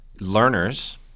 learners